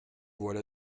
voilà